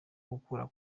gukura